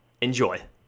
Enjoy